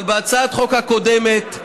אבל בהצעת החוק הקודמת,